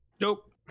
Nope